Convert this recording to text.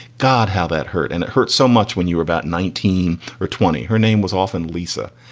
god, how that hurt. and it hurts so much when you were about nineteen or twenty. her name was often lisa.